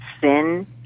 sin